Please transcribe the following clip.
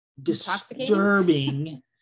disturbing